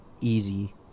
easy